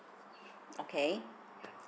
okay